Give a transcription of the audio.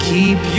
Keep